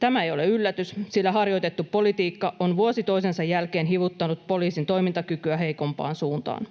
Tämä ei ole yllätys, sillä harjoitettu politiikka on vuosi toisensa jälkeen hivuttanut poliisin toimintakykyä heikompaan suuntaan.